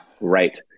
Right